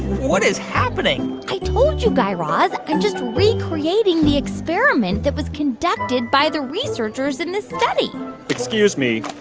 what is happening? i told you, guy raz. i'm just recreating the experiment that was conducted by the researchers in this study excuse me.